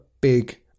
big